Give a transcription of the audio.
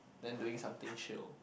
then doing something chill